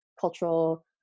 cultural